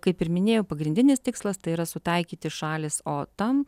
kaip ir minėjau pagrindinis tikslas tai yra sutaikyti šalis o tam